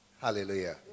Hallelujah